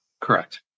Correct